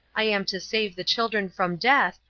i am to save the children from death,